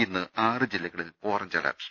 ഇന്ന് ആറ് ജില്ല കളിൽ ഓറഞ്ച് അലർട്ട്